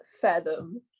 fathom